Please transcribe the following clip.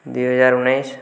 ଦୁଇହଜାର ଉଣେଇଶ